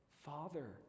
Father